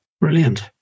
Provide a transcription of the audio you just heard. Brilliant